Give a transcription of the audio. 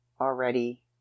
already